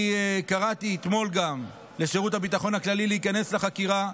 אני קראתי אתמול גם לשירות הביטחון הכללי להיכנס לחקירה.